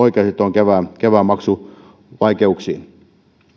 kevään kevään maksuvaikeuksiin